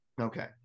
okay